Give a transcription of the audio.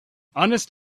honest